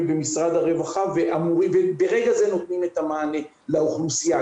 במשרד הרווחה וברגע זה נותנים את המענה לאוכלוסייה.